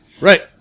Right